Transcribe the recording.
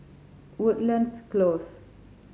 Woodlands Close